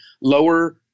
lower